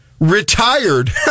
Retired